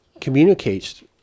communicates